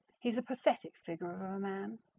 he's a pathetic figure of a man.